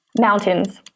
Mountains